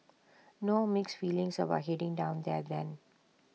no mixed feelings about heading down there then